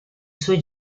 suoi